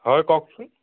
হয় কওকচোন